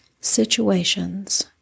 situations